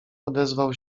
odezwał